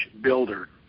builder